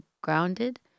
grounded